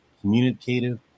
communicative